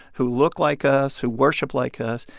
who look like us, who worship like us.